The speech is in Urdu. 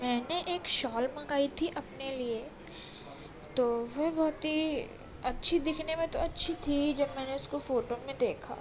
میں نے ایک شال منگائی تھی اپنے لیے تو وہ بہت ہی اچھی دکھنے میں تو اچھی تھی جب میں نے اِس کو فوٹو میں دیکھا